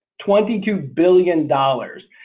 twenty-two billion dollars,